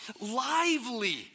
lively